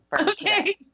okay